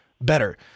better